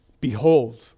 Behold